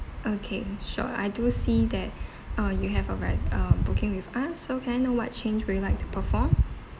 okay sure I do see that uh you have a res~ uh booking with us so can I know what change would you like to perform